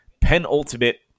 penultimate